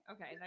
Okay